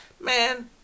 man